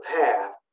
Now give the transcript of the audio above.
path